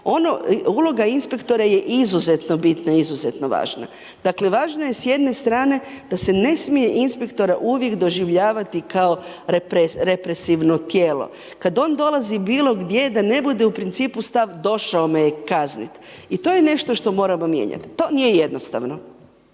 Uloga inspektora je izuzetno bitna, izuzetno važna. Dakle važno je s jedne strane da se ne smije inspektora uvijek doživljavati kao represivno tijelo. Kad on dolazi bilo gdje da ne bude u principu stav došao me je kazniti i to je nešto što moramo mijenjati. To nije jednostavno.